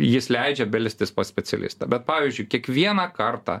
jis leidžia belstis pas specialistą bet pavyzdžiui kiekvieną kartą